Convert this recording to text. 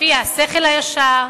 לפי השכל הישר,